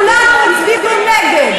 כולם הצביעו נגד.